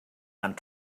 and